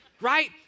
Right